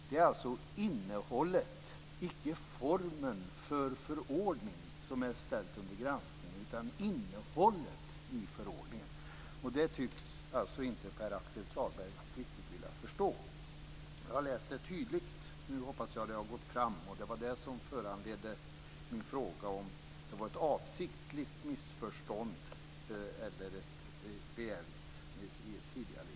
Det är alltså innehållet, icke formen, i förordningen som är ställt under granskning. Det tycks alltså inte Pär-Axel Sahlberg riktigt vilja förstå. Jag har läst det tydligt, och jag hoppas att det nu har gått fram. Det var detta som föranledde min fråga om det var ett avsiktligt missförstånd i ett tidigare inlägg.